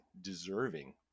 deserving